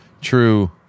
true